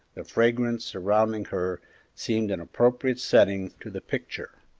the fragrance surrounding her seemed an appropriate setting to the picture.